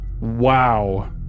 Wow